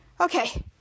Okay